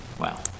Wow